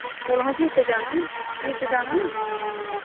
चलो हां तीर्थ जाना नी तीर्थ जाना नी